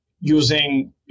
using